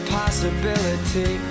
possibility